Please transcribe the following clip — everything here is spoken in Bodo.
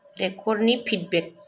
रेकदनि फिदबेक